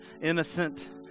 innocent